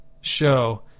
show